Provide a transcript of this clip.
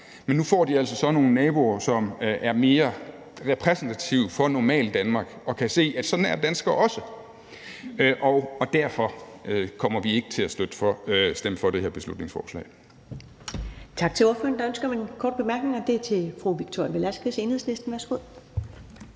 Nu får de altså nogle naboer, som er mere repræsentative for Normaldanmark, så de kan se, at sådan er danskere også. Derfor kommer vi ikke til at stemme for det her beslutningsforslag.